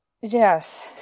yes